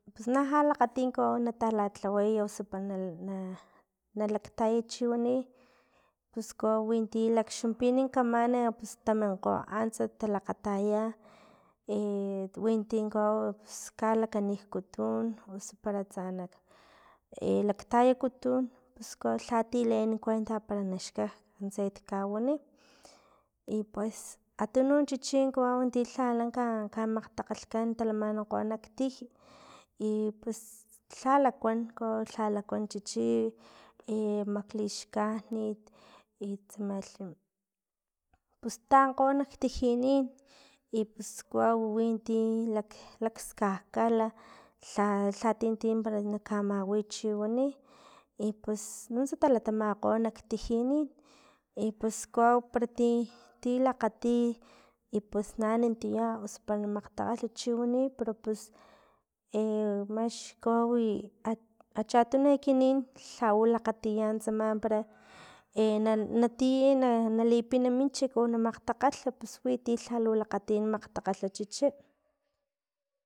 Pus na lha lakgati kawau ntalalhaway osu pa na- na- na laktayay chiwani, pus kawawi ti lakxumpini kaman pus taminkgo antsa talakgataya e winti kawau pus kalakanijkutun para tsanak laktayakutun pus kawau lhati leen kuenta para naxka nuntsa ekit kawani i pues atunuk chichi kawau ti lhala ka- kamakgtakgalhkan talamanankgo naktij i pus lha lakuan lha lakuan chichi i mak lixkanit i tsamalhi taankgo nak tijinin i pus kawau wi ti lak kakal lha lhatinti para na kamawi chiwani i pus nuntsa talatamakgo naktijinin i pus kawau parati- ti lakgati i pues naan tia osu para na makgtakgalh chiwani pero pus max kawau a- achatunu ekinin lhau lakgatiya untsama para e na natiey na lipinak minchik o na makgtakgalh pus winti lhalu lakgati makgtakgalh chichi.